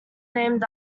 named